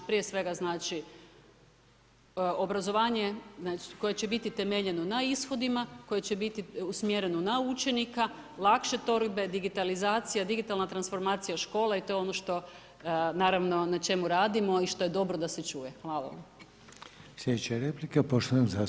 Prije svega znači obrazovanje koje će biti temeljeno na ishodima, koje će biti usmjereno na učenika, lakše torbe, digitalizacija, digitalna transformacija škole i to je ono na čemu radimo i što je dobro da se čuje.